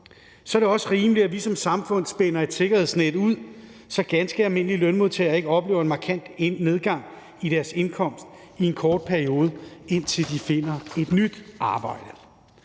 så er det også rimeligt, at vi som samfund spænder et sikkerhedsnet ud, så ganske almindelige lønmodtagere ikke oplever en markant nedgang i deres indkomst i en kort periode, indtil de finder et nyt arbejde.